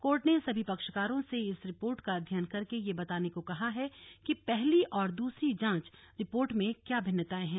court ने सभी पक्षकारों से इस रिपोर्ट का अध्ययन करके यह बताने को कहा है कि पहली और दूसरी जांच रिपोर्ट में क्या भिन्नताएं हैं